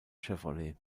chevrolet